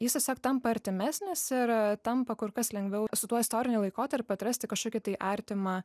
jis siesiog tampa artimesnis ir tampa kur kas lengviau su tuo istoriniu laikotarpiu atrasti kažkokį tai artimą